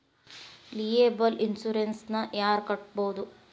Liable insurance ನ ಯಾರ್ ಕಟ್ಬೊದು?